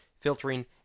filtering